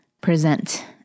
present